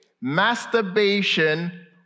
masturbation